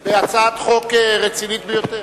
על הצעת חוק רצינית ביותר.